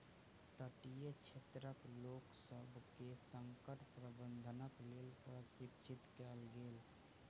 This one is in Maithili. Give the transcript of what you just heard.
तटीय क्षेत्रक लोकसभ के संकट प्रबंधनक लेल प्रशिक्षित कयल गेल